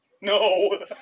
No